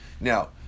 Now